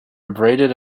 abraded